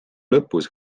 lõpus